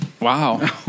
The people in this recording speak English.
Wow